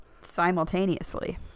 Simultaneously